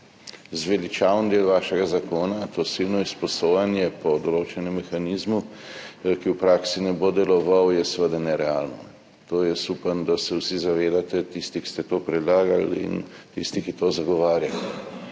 zveličaven del vašega zakona, to silno izposojanje po določenem mehanizmu, ki v praksi ne bo delovalo, je seveda nerealno. To jaz upam, da se vsi zavedate, tisti, ki ste to predlagali, in tisti, ki to zagovarjate.